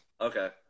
Okay